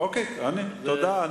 תודה.